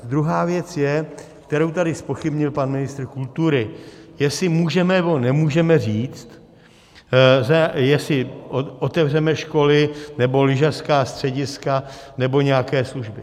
Druhá věc je, kterou tady zpochybnil pan ministr kultury, jestli můžeme, nebo nemůžeme říct, jestli otevřeme školy nebo lyžařská střediska nebo nějaké služby.